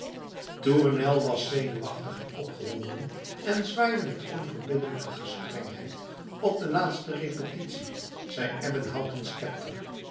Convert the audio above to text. tournel was zenuwachtig en opgewonden en zwaaide met onverbiddelijke gestrengheid op de laatste repetitie zijn ebbenhouten